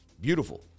Beautiful